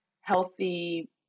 healthy